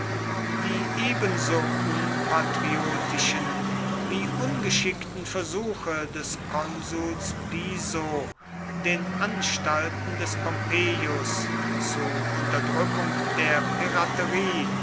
die ebenso unpatriotischen wie ungeschickten versuche des konsuls piso den anstalten des pompeius zu unterdrückung der piraterie